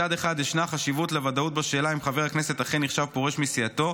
מצד אחד ישנה חשיבות לוודאות בשאלה אם חבר הכנסת אכן נחשב פורש מסיעתו.